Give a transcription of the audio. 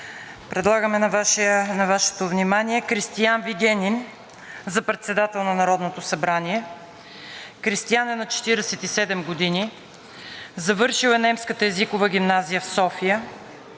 предлагаме на Вашето внимание Кристиан Вигенин за председател на Народното събрание. Кристиан е на 47 години, завършил е Немската езикова гимназия в София,